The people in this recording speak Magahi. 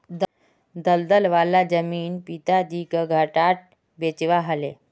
दलदल वाला जमीन पिताजीक घटाट बेचवा ह ले